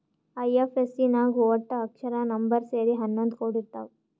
IFSC ನಾಗ್ ವಟ್ಟ ಅಕ್ಷರ, ನಂಬರ್ ಸೇರಿ ಹನ್ನೊಂದ್ ಕೋಡ್ ಇರ್ತಾವ್